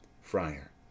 Friar